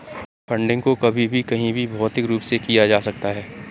funding को कभी भी कहीं भी भौतिक रूप से किया जा सकता है